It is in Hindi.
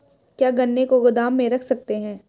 क्या गन्ने को गोदाम में रख सकते हैं?